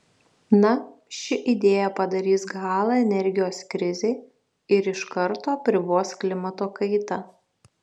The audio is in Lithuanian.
na ši idėja padarys galą energijos krizei ir iš karto apribos klimato kaitą